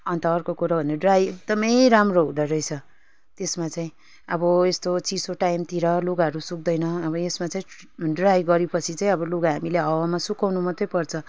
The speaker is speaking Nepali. अन्त अर्को कुरो भने ड्राई एकदमै राम्रो हुँदो रहेछ त्यसमा चाहिँ अब यस्तो चिसो टाइमतिर लुगाहरू सुक्दैन अब यसमा चाहिँ ड्राई गरे पछि चाहिँ अब लुगा हामीले हावामा सुकाउनु मात्रै पर्छ